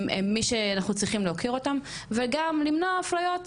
הם מי שאנחנו צריכים להוקיר אותם וגם למנוע אפליות